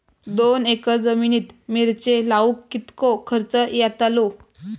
दोन एकर जमिनीत मिरचे लाऊक कितको खर्च यातलो?